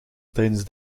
tijdens